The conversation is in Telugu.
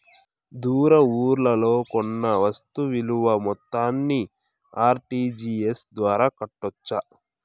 దూర ఊర్లలో కొన్న వస్తు విలువ మొత్తాన్ని ఆర్.టి.జి.ఎస్ ద్వారా కట్టొచ్చా?